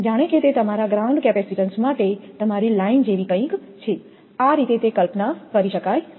જાણે કે તે તમારા ગ્રાઉન્ડ કેપેસિટેન્સ માટે તમારી લાઇન જેવી કંઈક છે આ રીતે તે કલ્પના કરી શકાય છે